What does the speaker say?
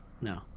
no